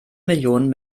millionen